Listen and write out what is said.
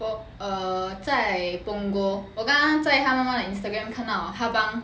err 在 punggol 我刚刚在他妈妈的 instagram 看到他帮